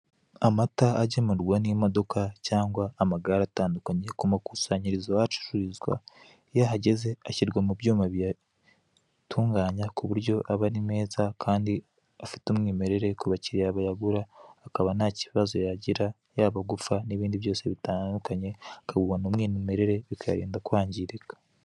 Amata agemurwa ni modoka cyangwa amagare atandukanye ku makusanyirizo aho acururizwa iyo ahageze ashyirwa mu byuma biyatunganya kuburyo aba ari meza kandi afite umwimerere ku bakiriya bayagura akaba nta kibazo yagira yaba gupfa nibindi byose bitandukanye akagumana umwimerere bikayarinda kwangirika.